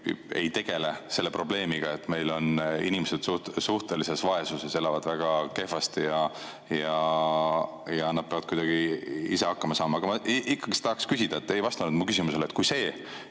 ei tegele selle probleemiga, et meil on inimesed suhtelises vaesuses, elavad väga kehvasti, ja nad peavad kuidagi ise hakkama saama. Aga ma ikkagi tahaksin küsida. Te ei vastanud mu küsimusele. See